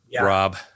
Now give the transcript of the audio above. Rob